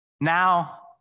now